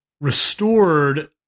restored